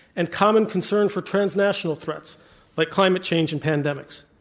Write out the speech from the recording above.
and common concern for transnational threats like climate change and pandemics.